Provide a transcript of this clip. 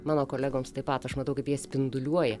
mano kolegoms taip pat aš matau kaip jie spinduliuoja